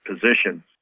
position